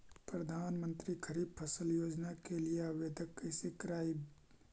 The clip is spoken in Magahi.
प्रधानमंत्री खारिफ फ़सल योजना के लिए आवेदन कैसे करबइ?